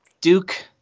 Duke